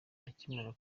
akimara